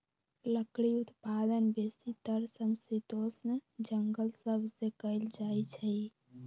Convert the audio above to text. लकड़ी उत्पादन बेसीतर समशीतोष्ण जङगल सभ से कएल जाइ छइ